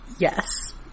Yes